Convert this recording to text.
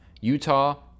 Utah